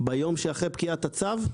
ביום שאחרי פקיעת הצו?